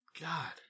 God